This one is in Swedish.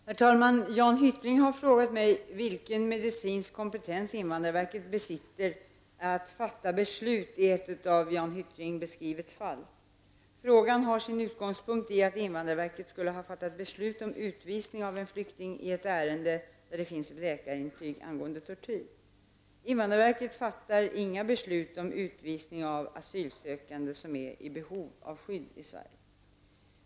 Herr talman! Jan Hyttring har frågat mig vilken medicinsk kompetens invandrarverket besitter att fatta beslut i ett av Jan Hyttring beskrivet fall. Frågan har sin utgångspunkt i att invandrarverket skulle ha fattat beslut om utvisning av en flykting i ett ärende där det finns ett läkarintyg angående tortyr. Invandrarverket fattar inga beslut om utvisning av asylsökande som är i behov av skydd i Sverige.